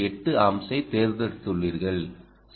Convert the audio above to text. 8 ஆம்ப்ஸை தேர்ந்தெடுத்துள்ளீர்கள்